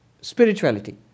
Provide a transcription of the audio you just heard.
spirituality